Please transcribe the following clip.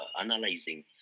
analyzing